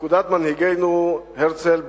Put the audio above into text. "בפקודת מנהיגנו הרצל,